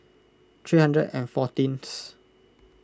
three hundred and fourteenth